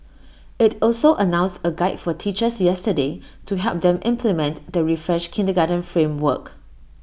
IT also announced A guide for teachers yesterday to help them implement the refreshed kindergarten framework